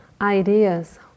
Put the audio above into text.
ideas